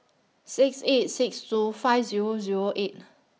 six eight six two five Zero Zero eight